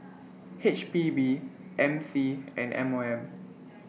H P B M C and M O M